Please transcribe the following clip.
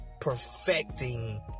perfecting